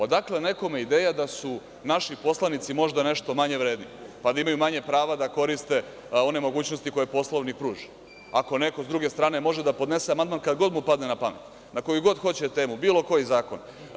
Odakle nekome ideja da su naši poslanici možda nešto manje vredni, pa da imaju manje prava da koriste one mogućnosti koje Poslovnik pruža ako neko s druge strane može da podnese amandman kad god mu padne na pamet, na koju god hoće temu, bilo koji zakon?